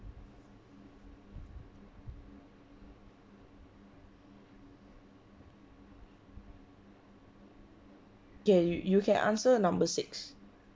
k you can answer number six